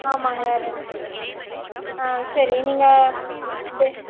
ஆமாங்க ரெண்டு சரி நீங்கள் ரெண்டு